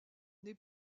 n’est